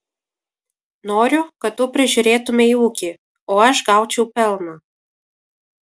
noriu kad tu prižiūrėtumei ūkį o aš gaučiau pelną